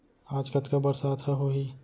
आज कतका बरसात ह होही?